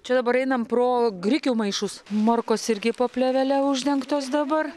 čia dabar einam pro grikių maišus morkos irgi po plėvele uždengtos dabar